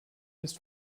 ist